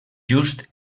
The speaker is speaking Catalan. just